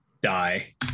die